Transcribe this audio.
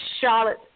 Charlotte